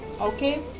Okay